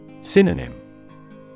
Synonym